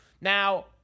now